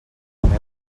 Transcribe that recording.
anem